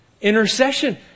Intercession